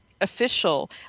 official